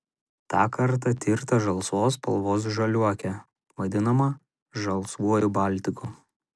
tą kartą tirta žalsvos spalvos žaliuokė vadinama žalsvuoju baltiku